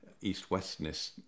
east-westness